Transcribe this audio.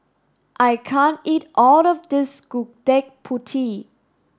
I can't eat all of this Gudeg Putih